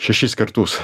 šešis kartus